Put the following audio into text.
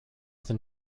than